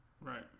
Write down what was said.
Right